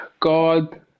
God